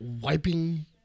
wiping